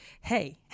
hey